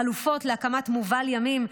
חלופות להקמת מובל ימים,